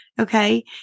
Okay